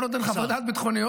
ולא נותן חוות דעת ביטחוניות,